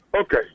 Okay